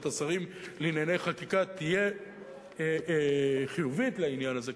השרים לענייני חקיקה תהיה חיובית לעניין הזה,